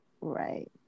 Right